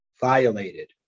Violated